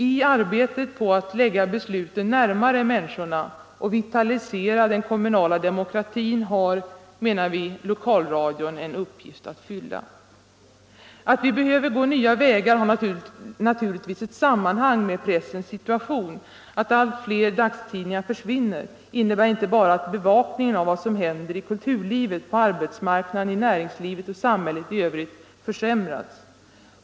I arbetet på att lägga besluten närmare människorna och vitalisera den kommunala demokratin har, menar vi, lokalradion en uppgift att fylla. Att vi behöver gå nya vägar har naturligtvis ett sammanhang med pressens situation. Att allt fler dagstidningar försvinner innebär inte bara att bevakningen av vad som händer i kulturlivet, på arbetsmarknaden, i näringslivet och samhället i övrigt försämras.